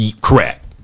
Correct